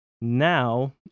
now